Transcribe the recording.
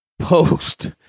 Post